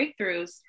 breakthroughs